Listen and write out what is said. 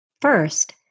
First